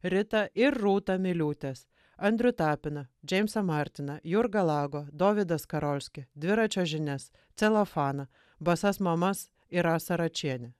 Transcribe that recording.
ritą ir rūtą miliūtes andrių tapiną džeimsą martiną jurgą lago dovydą skarolskį dviračio žinias celofaną basas mamas ir rasą račienę